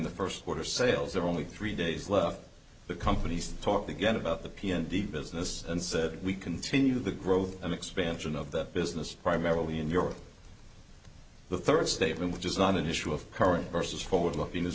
the first quarter sales are only three days left the company's talked again about the p n d business and said we continue the growth and expansion of that business primarily in europe the third statement which is not an issue of current versus forward looking